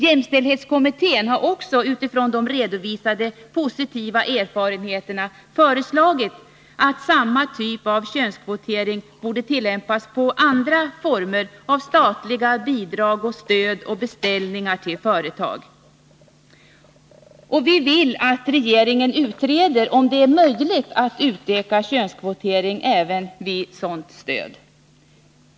Jämställdhetskommittén har också utifrån de redovisade positiva erfarenheterna föreslagit att samma typ av könskvotering borde tillämpas på andra former av statliga bidrag, beställningar och stöd till företag. Vi vill att regeringen utreder om det är möjligt att utöka könskvoteringen även vid sådant stöd.